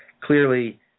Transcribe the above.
Clearly